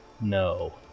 No